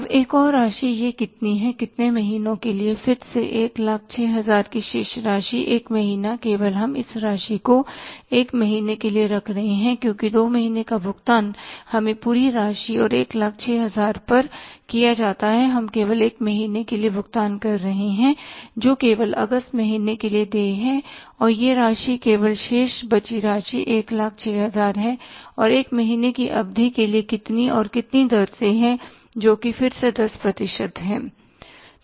अब एक और राशि यह कितनी है कितने महीने के लिए फिर से 106000 की शेष राशि एक महीना केवल हम इस राशि को एक महीने के लिए रख रहे हैं क्योंकि दो महीने का भुगतान हमें पूरी राशि और 106000 पर किया जाता है हम केवल एक महीने के लिए भुगतान कर रहे हैं जो केवल अगस्त महीने के लिए देय है और यह राशि केवल शेष बची राशि 106000 है और एक महीने की अवधि के लिए कितनी और कितनी दर से है जोकि फिर से 10 प्रतिशत है